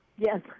Yes